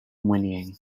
whinnying